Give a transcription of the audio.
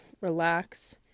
relax